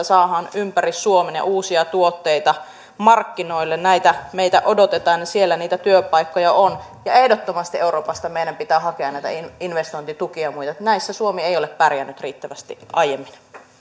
saadaan ympäri suomen ja uusia tuotteita markkinoille näitä meiltä odotetaan ja siellä niitä työpaikkoja on ja ehdottomasti euroopasta meidän pitää hakea näitä investointitukia ja muita näissä suomi ei ole pärjännyt riittävästi aiemmin